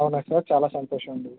అవునా సార్ చాలా సంతోషమండి